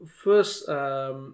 first